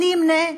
אמנה שלושה.